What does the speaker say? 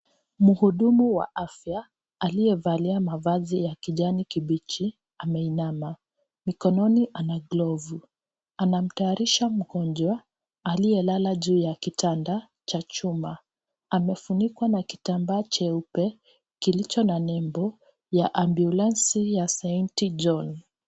Mhudumu wa afya, aliyevalia mavazi ya kijani kibichi, ameinama. Mkononi ana glove .Anatayarisha mgonjwa ,aliyelala juu ya kitanda cha chuma. Amefunikwa na kitambaa jeupe, kilicho na nembo ya ambiulensi ya St.Jonh.